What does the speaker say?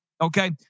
okay